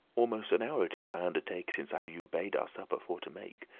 almost an hour it is, i undertake, since i you bade our supper for to make,